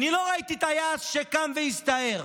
אני לא ראיתי טייס שקם והסתער,